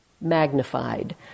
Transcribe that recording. magnified